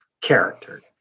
character